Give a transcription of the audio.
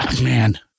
man